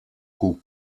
cou